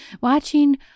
Watching